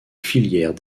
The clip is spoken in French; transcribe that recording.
filières